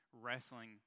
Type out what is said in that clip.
wrestling